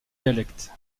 dialecte